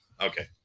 Okay